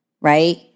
right